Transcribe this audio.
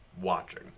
watching